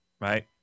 right